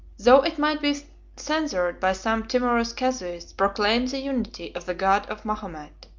though it might be censured by some timorous casuists, proclaimed the unity of the god of mahomet.